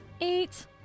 Eight